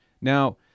Now